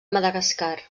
madagascar